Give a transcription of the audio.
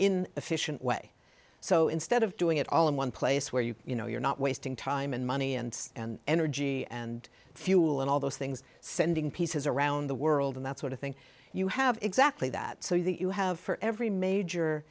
in efficient way so instead of doing it all in one place where you you know you're not wasting time and money and energy and fuel and all those things sending pieces around the world and that sort of thing you have exactly that so you have for every major